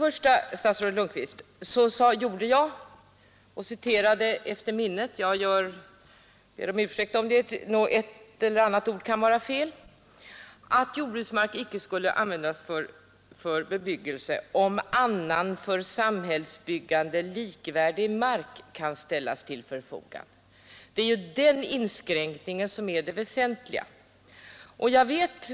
Jag citerade ur minnet — jag ber om ursäkt för om citatet var felaktigt beträffande ett eller annat ord — att jordbruksmark icke skulle användas för bebyggelse ”om annan för samhällsbyggande likvärdig mark kan ställas till förfogande”. Det är ju den inskränkningen som är det väsentliga.